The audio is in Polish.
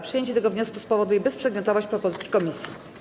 Przyjęcie tego wniosku spowoduje bezprzedmiotowość propozycji komisji.